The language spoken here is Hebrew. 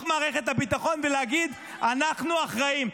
מערכת הביטחון ולהגיד: אנחנו אחראים.